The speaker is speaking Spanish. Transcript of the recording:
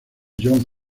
john